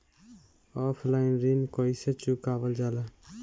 Offline ऋण कइसे चुकवाल जाला?